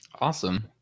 Awesome